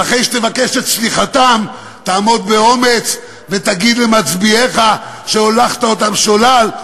ואחרי שתבקש את סליחתם תעמוד באומץ ותגיד למצביעיך שהולכת אותם שולל,